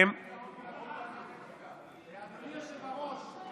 אדוני היושב-ראש,